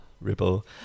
Ripple